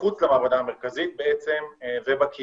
מחוץ למעבדה המרכזית ובקהילה.